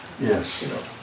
Yes